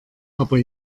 aber